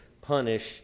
punish